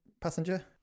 passenger